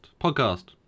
podcast